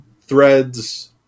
Threads